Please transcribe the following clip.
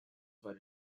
about